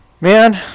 man